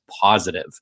positive